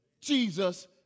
Jesus